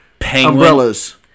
Umbrellas